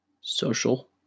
social